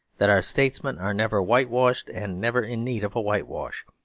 that our statesmen are never whitewashed and never in need of whitewash.